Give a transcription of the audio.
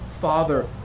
Father